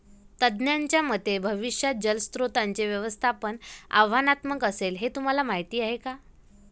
तज्ज्ञांच्या मते भविष्यात जलस्रोतांचे व्यवस्थापन आव्हानात्मक असेल, हे तुम्हाला माहीत आहे का?